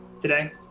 today